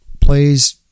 plays